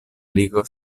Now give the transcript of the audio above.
ligo